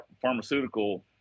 pharmaceutical